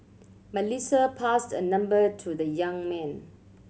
Melissa passed a number to the young man